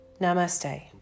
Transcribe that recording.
Namaste